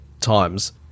times